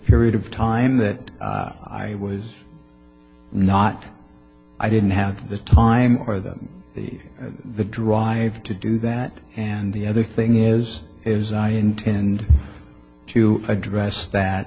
period of time that i was not i didn't have the time or the the drive to do that and the other thing is is i intend to address that